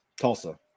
Tulsa